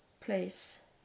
place